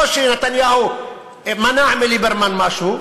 לא שנתניהו מנע מליברמן משהו.